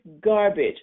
garbage